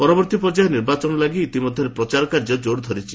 ପରବର୍ତ୍ତୀ ପର୍ଯ୍ୟାୟ ନିର୍ବାଚନ ଲାଗି ଇତିମଧ୍ୟରେ ପ୍ରଚାରକାର୍ଯ୍ୟ କୋର ଧରିଛି